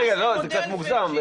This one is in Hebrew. רגע, לא, זה קצת מוגזם.